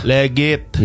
Legit